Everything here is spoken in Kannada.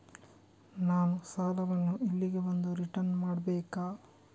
ನಾನು ಸಾಲವನ್ನು ಇಲ್ಲಿಗೆ ಬಂದು ರಿಟರ್ನ್ ಮಾಡ್ಬೇಕಾ?